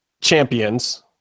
champions